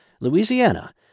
Louisiana